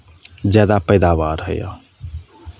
जादा पैदावार होइए